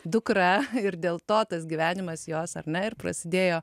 dukra ir dėl to tas gyvenimas jos ar ne ir prasidėjo